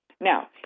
Now